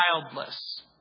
childless